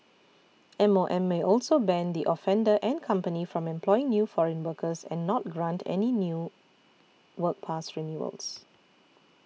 M O M may also ban the offender and company from employing new foreign workers and not grant any new work pass renewals